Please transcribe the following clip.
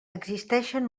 existeixen